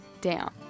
down